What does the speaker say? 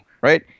right